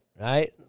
right